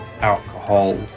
alcohol